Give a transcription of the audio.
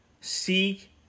Seek